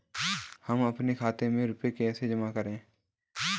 हम अपने खाते में रुपए जमा कैसे करें?